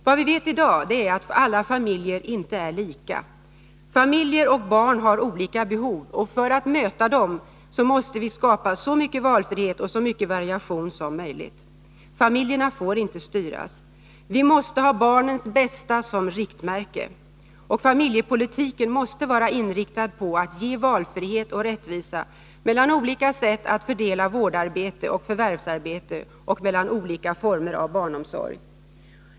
Vad vi vet i dag är att alla familjer inte är lika. Familjer och barn har olika behov, och för att möta dem måste vi skapa så mycket valfrihet och variation som möjligt. Familjerna får inte styras. Vi måste ha barnens bästa som riktmärke. Familjepolitiken måste vara inriktad på att ge valfrihet och rättvisa mellan olika sätt att fördela vårdarbete och förvärvsarbete och mellan olika former av barnomsorg.